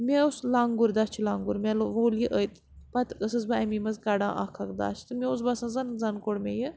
مےٚ اوس لنٛگُر دَچھ لنٛگُر مےٚ وول یہِ أتۍ پَتہٕ ٲسٕس بہٕ اَمی منٛز کَڑان اَکھ اَکھ دَچھ تہٕ مےٚ اوس باسان زَن زَن کوٚڑ مےٚ یہِ